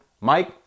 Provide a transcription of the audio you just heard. Mike